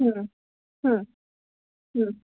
হুম হুম হুম